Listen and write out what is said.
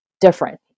different